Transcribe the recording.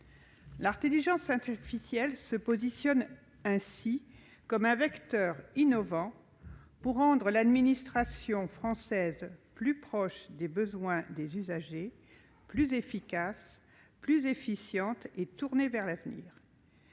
L'intelligence artificielle se positionne ainsi comme un vecteur innovant pour rendre l'administration française plus proche des besoins des usagers, plus efficace, plus efficiente et tournée vers l'avenir.